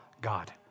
God